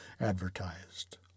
advertised